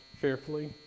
fearfully